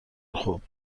خوب